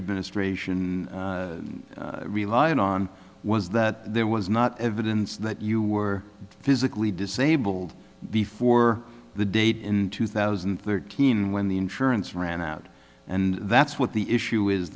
administration relied on was that there was not evidence that you were physically disabled before the date in two thousand and thirteen when the insurance ran out and that's what the issue is